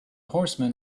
horseman